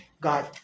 God